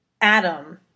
Adam